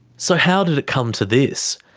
so how did it come to this?